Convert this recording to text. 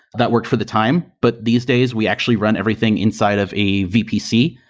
that worked for the time, but these days we actually run everything inside of a vpc.